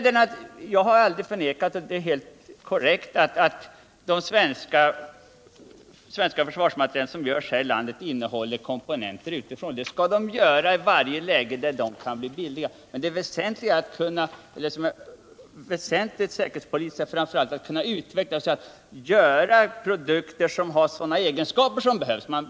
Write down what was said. Det är helt korrekt — och jag har aldrig förnekat det — att den försvarsmateriel som tillverkas i Sverige innehåller komponenter utifrån. Sådana komponenter skall vi använda när de är billigare än svenska. Det som är väsentligt från säkerhetspolitisk synpunkt är att utveckla produkter som har de egenskaper som behövs.